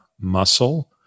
muscle